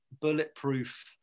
bulletproof